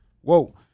whoa